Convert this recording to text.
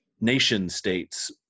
nation-states